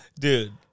Dude